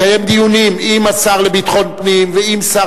לקיים דיונים עם השר לביטחון פנים ועם שר